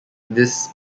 this